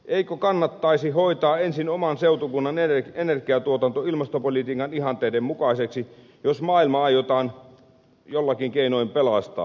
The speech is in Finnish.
eikö kannattaisi hoitaa ensin oman seutukunnan energiatuotanto ilmastopolitiikan ihanteiden mukaiseksi jos maailma aiotaan jollakin keinoin pelastaa